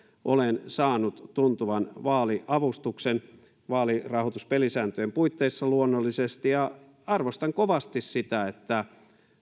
saanut tuntuvan vaaliavustuksen vaalirahoituspelisääntöjen puitteissa luonnollisesti arvostan kovasti sitä että